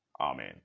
Amen